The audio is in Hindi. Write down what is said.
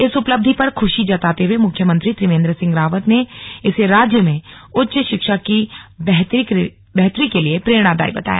इस उपलब्धि पर खुशी जताते हुए मुख्यमंत्री त्रिवेन्द्र सिंह रावत ने इसे राज्य में उच्च शिक्षा की बेहतरी के लिये प्रेरणादायी बताया